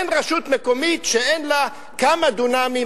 אין רשות מקומית שאין לה כמה דונמים,